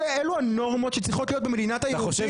אלו הנורמות שצריכות להיות במדינת היהודים?